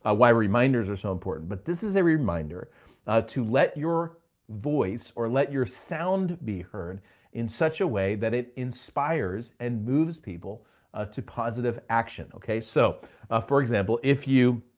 ah why reminders are so important? but this is a reminder ah to let your voice or let your sound be heard in such a way that it inspires and moves people to positive action. okay, so for example, if you,